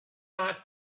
not